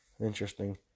interesting